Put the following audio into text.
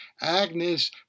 Agnes